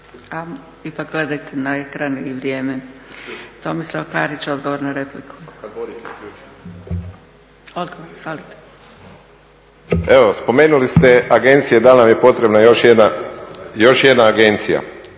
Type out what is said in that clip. A pogledajte na ekran i vrijeme. Tomislav Klarić, odgovor na repliku. Odgovor, izvolite. **Klarić, Tomislav (HDZ)** Evo spomenuli ste agencije da li nam je potrebna još jedna agencija.